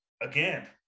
again